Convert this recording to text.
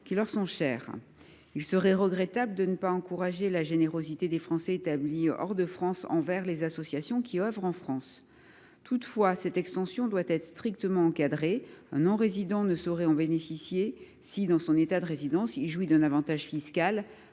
qui leur sont chères. Il serait regrettable de ne pas encourager la générosité des Français établis hors de France envers les associations qui œuvrent dans notre pays. Toutefois, cette extension doit être strictement encadrée. Un non résident ne saurait en bénéficier si, dans son État de résidence, il jouit d’un avantage fiscal